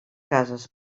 cases